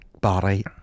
body